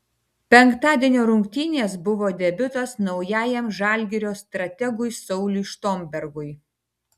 penktadienio rungtynės buvo debiutas naujajam žalgirio strategui sauliui štombergui